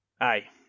Aye